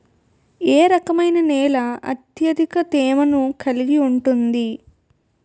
ఏ రకమైన నేల అత్యధిక తేమను కలిగి ఉంటుంది?